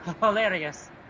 Hilarious